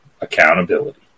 Accountability